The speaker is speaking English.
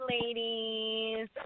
ladies